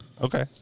Okay